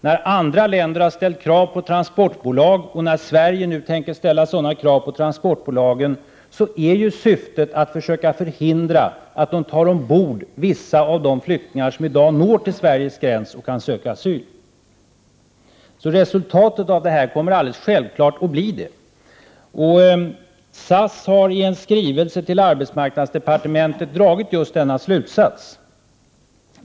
När andra länder har rest krav på transportbolag, och när Sverige nu tänker resa samma krav på transportbolagen, är ju syftet att försöka förhindra att dessa tar ombord vissa av de flyktingar som i dag når fram till Sveriges gräns och kan söka asyl här. Resultatet av detta kommer självfallet att bli så. I en skrivelse till arbetsmarknadsdepartementet har SAS dragit just denna slutsats.